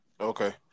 Okay